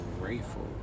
grateful